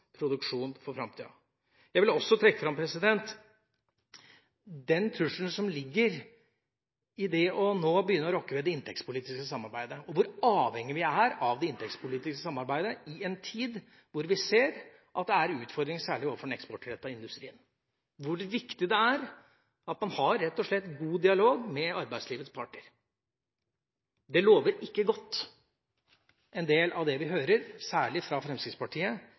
produksjon for framtida. Jeg vil også trekke fram den trusselen som ligger i det å nå begynne å rokke ved det inntektspolitiske samarbeidet, og hvor avhengig vi er av det inntektspolitiske samarbeidet i en tid hvor vi ser at det er utfordringer særlig overfor den eksportrettede industrien, og hvor viktig det er at man rett og slett har god dialog med arbeidslivets parter. Det lover ikke godt en del av det vi hører, særlig fra Fremskrittspartiet,